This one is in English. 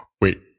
Wait